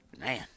man